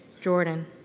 Jordan